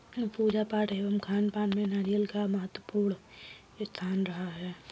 पूजा पाठ एवं खानपान में नारियल का महत्वपूर्ण स्थान रहा है